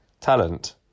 talent